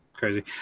crazy